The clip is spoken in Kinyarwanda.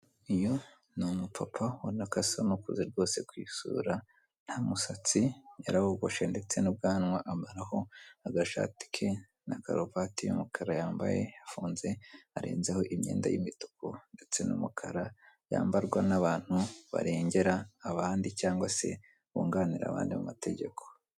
Uyu ni umupapa ubona ko asa n'ukuze rwose ku isura. Ntamusatsi yarawogoshe ndetse n'ubwanwa amaraho, agashati ke na karuvati y'umukara yambaye afunze arenzaho imyenda y'imituku ndetse n'umukara yambarwa n'abantu barengera abandi cyangwa se bunganira abandi mu mategeko.